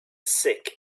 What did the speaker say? sick